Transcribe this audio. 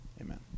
amen